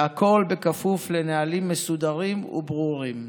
והכול בכפוף לנהלים מסודרים וברורים.